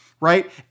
right